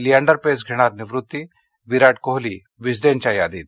लिअँडर पेस घेणार निवृत्ती विराट कोहली विस्डेनच्या यादीत